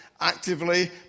actively